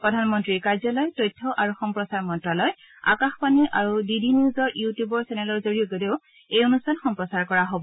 প্ৰধানমন্ত্ৰীৰ কাৰ্যালয় তথ্য আৰু সম্প্ৰচাৰ মন্ত্যালয় আকাশবাণী আৰু ডি ডি নিউজৰ ইউটিউব চেনেলৰ যোগেদিও এই অনুষ্ঠান সম্প্ৰচাৰ কৰা হব